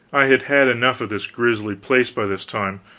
i had had enough of this grisly place by this time,